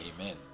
Amen